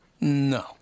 No